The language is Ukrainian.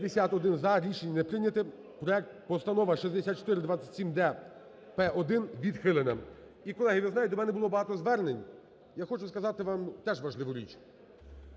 За-51 Рішення не прийняте. Постанова 6427-д-П1 відхилена. І, колеги, ви знаєте, до мене було багато звернень, я хочу сказати вам теж важливу річ.